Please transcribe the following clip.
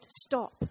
stop